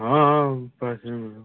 हाँ हाँ हम पास ही में हो